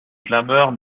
clameurs